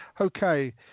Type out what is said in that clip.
Okay